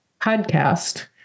podcast